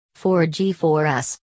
4G4S